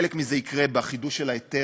חלק מזה יקרה בחידוש של ההיתר,